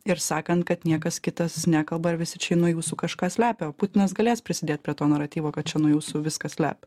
ir sakant kad niekas kitas nekalba ar visi čia nuo jūsų kažką slepia putinas galės prisidėti prie to naratyvo kad čia nuo jūsų viską slepia